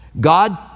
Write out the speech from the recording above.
God